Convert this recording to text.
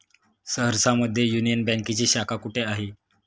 सहरसा मध्ये युनियन बँकेची शाखा कुठे आहे?